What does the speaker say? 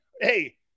Hey